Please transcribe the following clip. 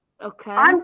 Okay